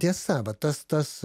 tiesa va tas tas